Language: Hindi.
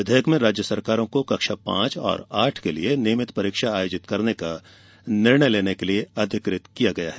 विधेयक में राज्य सरकारों को कक्षा पांच और आठ के लिए नियमित परीक्षा आयोजित करने का निर्णय लेने के लिए अधिकृत किया गया है